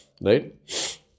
right